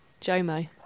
JOMO